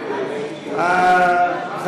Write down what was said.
כי